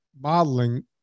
modeling